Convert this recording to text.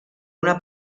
una